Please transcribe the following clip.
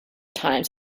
times